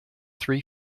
three